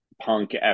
punk